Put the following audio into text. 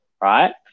right